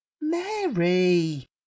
Mary